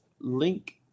link